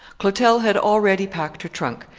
clotel had already packed her trunk,